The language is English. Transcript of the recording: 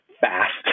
fast